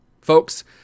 Folks